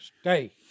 stay